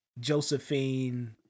Josephine